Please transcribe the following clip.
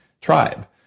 tribe